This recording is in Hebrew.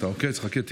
כבוד